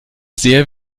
sehr